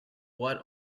what